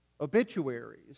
obituaries